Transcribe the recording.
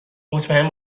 مطمئن